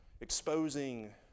exposing